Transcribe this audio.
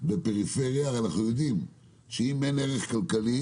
בפריפריה הרי אנחנו יודעים שאם אין ערך כלכלי,